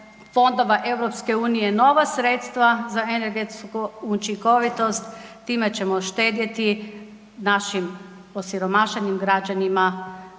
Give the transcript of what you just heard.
fondova EU-a nova sredstva za energetsku učinkovitost, time ćemo štedjeti našim osiromašenim građanima